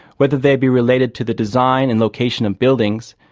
whether they be related to the design and location of buildings,